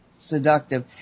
seductive